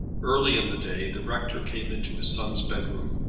early in the day the rector came into his son's bedroom,